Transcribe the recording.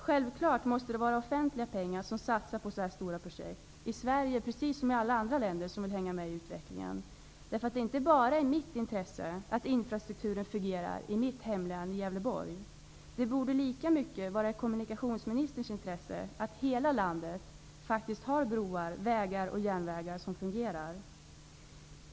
Självklart måste det vara offentliga pengar som satsas på så här stora projekt, i Sverige precis som i alla andra länder som vill hänga med i utveklingen. Det ligger inte bara i mitt intresse att infrastrukturen fungerar i mitt hemlän, i Gävleborg. Det borde lika mycket ligga i kommunikationsministerns intresse att hela landet faktiskt har broar, vägar och järnvägar som fungerar.